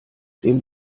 dem